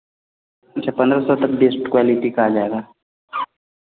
अच्छा पंद्रह सौ तक बेस्ट क्वालिटी का आ जाएगा